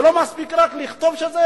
לא מספיק רק לכתוב שזה,